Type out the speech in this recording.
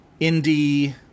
indie